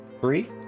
three